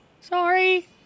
Sorry